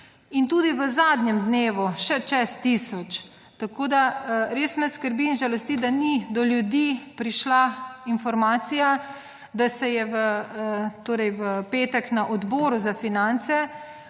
In tudi v zadnjem dnevu še čez tisoč. Tako da res me skrbi in žalosti, da ni do ljudi prišla informacija, da se je v, torej v petek na odboru za finance